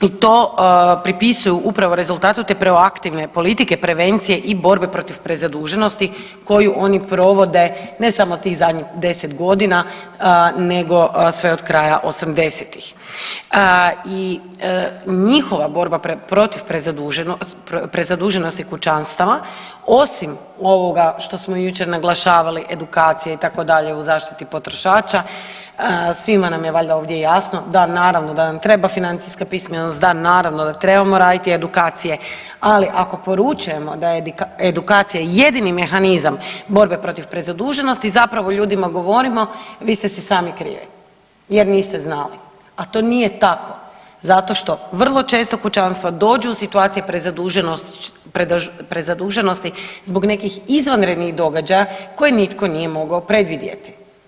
I to pripisuju upravo rezultatu te proaktivne politike, prevencije i borbe protiv prezaduženosti koju oni provode ne samo tih zadnjih 10.g. nego sve od kraja '80.-tih i njihova borba protiv prezaduženosti kućanstava osim ovoga što smo jučer naglašavali edukacija itd. u zaštiti potrošača, svima nam je valjda ovdje jasno da naravno da nam treba financijska pismenost, da naravno da trebamo raditi edukacije, ali ako poručujemo da je edukacija jedini mehanizam borbe protiv prezaduženosti zapravo ljudima govorimo vi ste si sami krivi jer niste znali, a to nije tako zato što vrlo često kućanstva dođu u situacije prezaduženosti zbog nekih izvanrednih događaja koje nitko nije mogao predvidjeti.